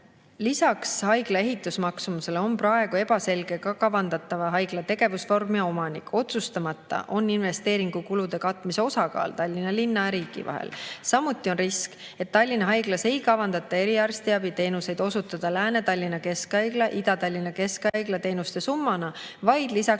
"Lisaks haigla ehitusmaksumusele on praegu ebaselge ka kavandatava haigla tegevusvorm ja omanik, otsustamata on investeeringukulude katmise osakaal Tallinna linna ja riigi vahel. Samuti on risk, et Tallinna Haiglas ei kavandata eriarstiabi teenuseid osutada Lääne-Tallinna Keskhaigla ja Ida-Tallinna Keskhaigla teenuste summana, vaid lisaks